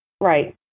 Right